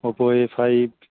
Oppo a five